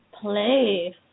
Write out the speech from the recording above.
play